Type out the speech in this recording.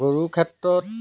গৰুৰ ক্ষেত্ৰত